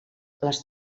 les